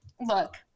look